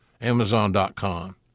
amazon.com